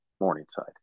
Morningside